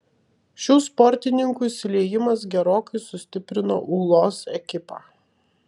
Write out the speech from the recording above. šių sportininkų įsiliejimas gerokai sustiprino ūlos ekipą